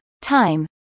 time